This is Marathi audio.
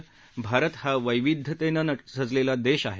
भारत हा वैविध्यतेने सजलेला देश आहे